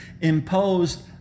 imposed